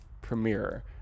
premiere